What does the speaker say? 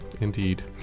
indeed